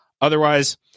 Otherwise